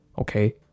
Okay